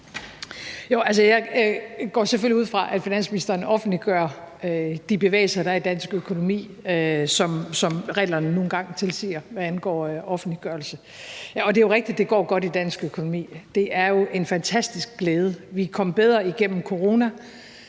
Jeg går selvfølgelig ud fra, at finansministeren offentliggør de bevægelser, der er i dansk økonomi, sådan som reglerne nu engang tilsiger, hvad angår offentliggørelse. Det er jo rigtigt, at det går godt i dansk økonomi, og det er jo en fantastisk glæde. Vi kom bedre igennem corona,